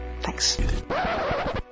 Thanks